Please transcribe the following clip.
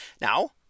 Now